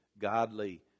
godly